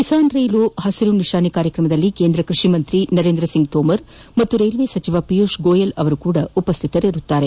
ಕಿಸಾನ್ ರೈಲು ಹಸಿರು ನಿಶಾನೆ ಕಾರ್ಯಕ್ರಮದಲ್ಲಿ ಕೇಂದ್ರ ಕ್ಬಷಿ ಸಚಿವ ನರೇಂದ್ರ ಸಿಂಗ್ ತೋಮರ್ ಮತ್ತು ರೈಲ್ವೆ ಸಚಿವ ಪಿಯೂಷ್ ಗೋಯಲ್ ಉಪಸ್ಥಿತರಿರುವರು